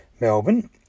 Melbourne